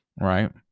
Right